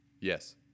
Yes